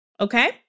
okay